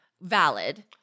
valid